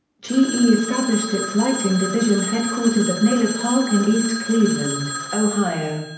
ge established its lighting division headquarters at nela park in east cleveland, ohio.